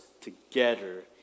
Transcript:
together